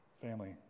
Family